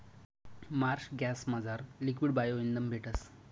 Marsh गॅसमझार liquid bio इंधन भेटस